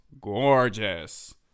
gorgeous